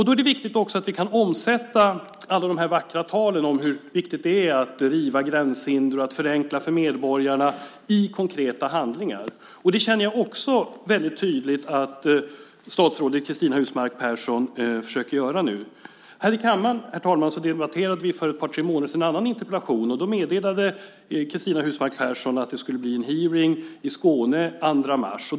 Det är viktigt att vi kan omsätta alla de vackra talen om hur viktigt det är att riva gränshinder och förenkla för medborgarna i konkreta handlingar. Det känner jag också väldigt tydligt att statsrådet Cristina Husmark Pehrsson försöker göra. Herr talman! Här i kammaren debatterade vi för ett par tre månader sedan en annan interpellation. Då meddelade Cristina Husmark Pehrsson att det skulle bli en hearing i Skåne den 2 mars.